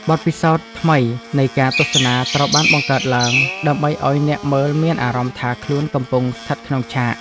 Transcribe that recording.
បទពិសោធន៍ថ្មីនៃការទស្សនាត្រូវបានបង្កើតឡើង ដើម្បីឱ្យអ្នកមើលមានអារម្មណ៍ថាខ្លួនកំពុងស្ថិតក្នុងឆាក។